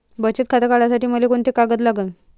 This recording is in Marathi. बचत खातं काढासाठी मले कोंते कागद लागन?